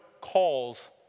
calls